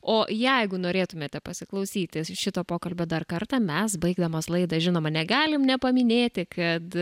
o jeigu norėtumėte pasiklausyti šito pokalbio dar kartą mes baigdamos laidą žinoma negalim nepaminėti kad